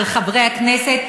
על חברי הכנסת.